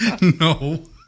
No